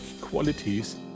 qualities